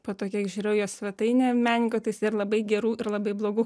po to kiek žiūrėjau į jo svetainę menininko tai jis ir labai gerų ir labai blogų